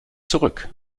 zurück